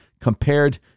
compared